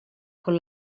con